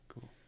Cool